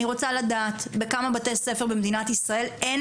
אני רוצה לדעת בכמה בתי ספר במדינת ישראל אין